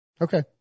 Okay